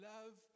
Love